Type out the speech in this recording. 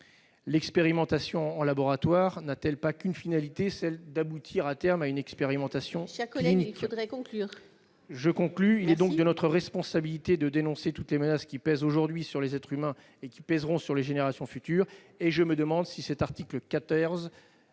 l'expérimentation en laboratoire a-t-elle une autre finalité que d'aboutir, à terme, à une expérimentation clinique ?